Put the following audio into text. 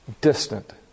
distant